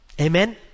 amen